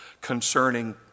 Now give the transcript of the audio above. concerning